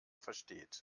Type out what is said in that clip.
versteht